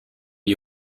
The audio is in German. die